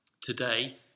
today